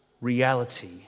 reality